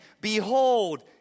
Behold